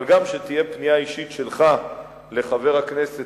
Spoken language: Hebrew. אבל גם שתפנה פנייה אישית שלך לחבר הכנסת